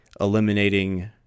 eliminating